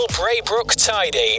Braybrook-Tidy